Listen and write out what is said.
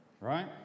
right